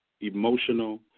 emotional